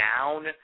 down